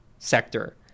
sector